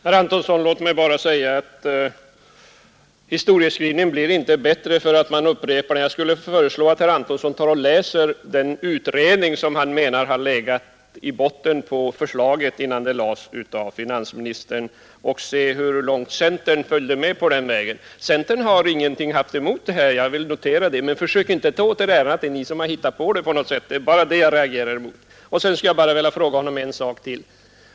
Herr talman! Låt mig bara säga att historieskrivningen inte blev bättre av att man upprepade den, herr Antonsson. Jag skulle föreslå att herr Antonsson läser den utredning, som han menar har legat i botten på förslaget om skatteutjämning för kommunerna innan det lades av finansministern, och se hur långt centern följde med på den vägen. Jag vill notera att centern inte haft någonting emot skatteutjämningen. Men försök inte ta åt er äran av att ni hittat på den. Det är bara mot detta jag reagerar. Sedan skulle jag vilja fråga herr Antonsson om en sak till.